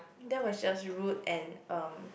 that was just rude and um